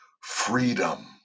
freedom